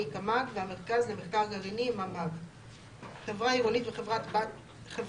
(קמ"ג) והמרכז למחקר גרעיני (ממ"ג); "חברה עירונית" ו"חברת